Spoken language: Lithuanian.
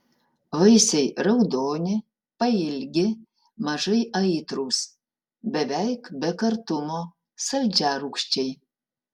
vaisiai raudoni pailgi mažai aitrūs beveik be kartumo saldžiarūgščiai